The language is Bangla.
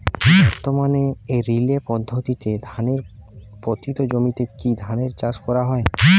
বর্তমানে রিলে পদ্ধতিতে ধানের পতিত জমিতে কী ধরনের চাষ করা হয়?